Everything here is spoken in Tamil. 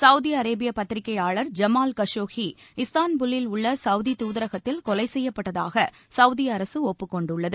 சவுதி அரேபிய பத்திரிகையாளர் ஜமால் கஷோகி இஸ்தான்புல்லில் உள்ள சவுதி தூதரகத்தில் கொலை செய்யப்பட்டதாக சவுதி அரசு ஒப்புக் கொண்டுள்ளது